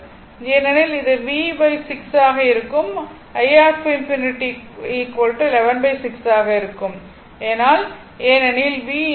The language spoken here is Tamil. எனவே இது v v 6 ஆக இருக்கும் i 80 11 6 ஆக இருக்கும் ஏனெனில் v∞ 18011